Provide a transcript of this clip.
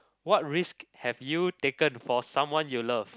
what risk have you taken for someone you love